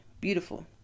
beautiful